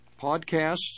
Podcasts